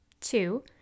Two